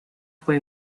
fue